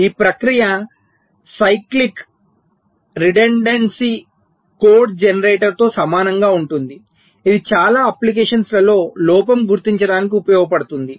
ఈ ప్రక్రియ cyclic redundancy code జనరేటర్తో సమానంగా ఉంటుంది ఇది చాలా అప్లికేషన్స్ లలో లోపం గుర్తించడానికి ఉపయోగించబడుతుంది